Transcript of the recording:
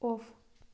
off